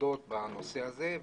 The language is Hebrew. העבודות בנושא הזה.